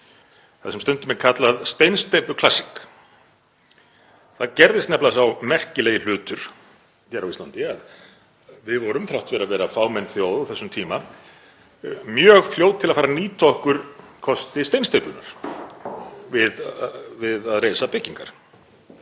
það sem stundum er kallað steinsteypuklassík. Það gerðist nefnilega sá merkilegi hlutur á Íslandi að við vorum þrátt fyrir að vera fámenn þjóð á þessum tíma mjög fljót til að fara að nýta okkur kosti steinsteypunnar við að reisa byggingar.